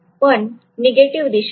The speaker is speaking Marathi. पण निगेटिव्ह दिशेने